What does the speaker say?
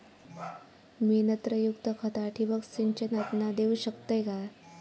मी नत्रयुक्त खता ठिबक सिंचनातना देऊ शकतय काय?